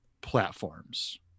platforms